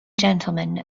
gentlemen